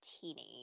teenage